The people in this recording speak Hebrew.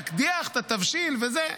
להקדיח את התבשיל וזה,